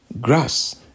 grass